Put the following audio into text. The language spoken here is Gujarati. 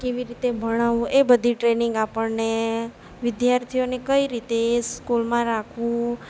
કેવી રીતે ભણાવવું એ બધી ટ્રેનિંગ આપણને વિદ્યાર્થીઓને કઈ રીતે સ્કૂલમાં રાખવું